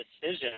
decision